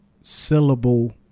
Syllable